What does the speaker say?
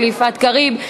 של יפעת קריב,